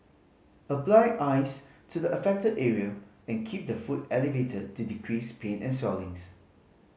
apply ice to the affected area and keep the foot elevated to decrease pain and swellings